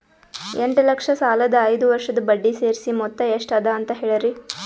ಎಂಟ ಲಕ್ಷ ಸಾಲದ ಐದು ವರ್ಷದ ಬಡ್ಡಿ ಸೇರಿಸಿ ಮೊತ್ತ ಎಷ್ಟ ಅದ ಅಂತ ಹೇಳರಿ?